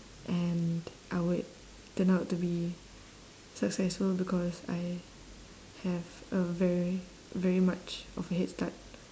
and I would turn out to be successful because I have a very very much of a head start